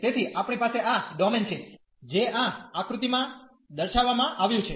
તેથી આપણી પાસે આ ડોમેન છે જે આ આક્રુતીમાં દર્શાવવામાં આવ્યું છે